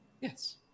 Yes